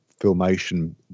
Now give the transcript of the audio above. Filmation